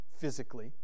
physically